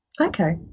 Okay